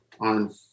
on